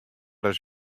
ris